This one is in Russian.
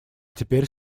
теперь